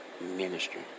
Ministry